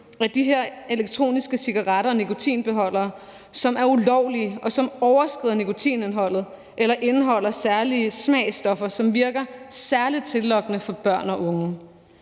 af de her elektroniske cigaretter og nikotinbeholdere, som er ulovlige, og som overskrider nikotinindholdet eller indeholder særlige smagsstoffer, som virker særligt tillokkende for børn og unge.